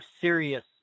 serious